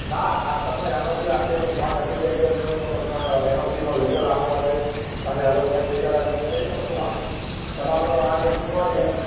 ના ના તમને એન ઓ સી આપીશું નોન એગ્રિકલ્ચરનું તમને એન ઓ સીનો લેટર આખો આપી દઇએ તમને અલૉટ્મેંટ લેટર આલી દઈએ પછી તમને શું વાંધો તમારે તો આ જમીન ઉપર બે